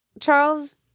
Charles